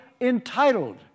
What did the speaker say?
entitled